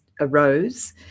arose